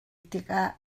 tikah